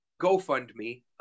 GoFundMe